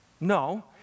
No